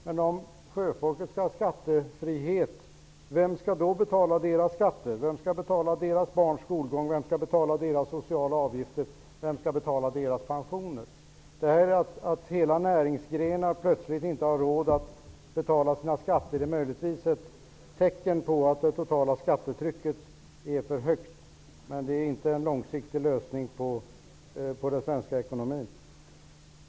Men om sjöfolket skall ha skattefrihet, vem skall då betala deras skatter, deras barns skolgång, deras sociala avgifter, deras pensioner? Att hela näringsgrenar inte har råd att betala sina skatter är möjligtvis ett tecken på att det totala skattetrycket är för högt, men det är inte en långsiktig lösning för den svenska ekonomin.